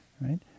right